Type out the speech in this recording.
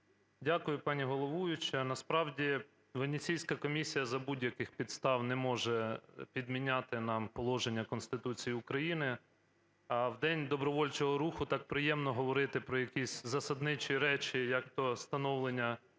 Дякую, пані головуюча. Насправді Венеційська комісія за будь-яких підстав не може підміняти нам положення Конституції України. В День добровольчого руху так приємно говорити про якісь засадничі речі, як то становлення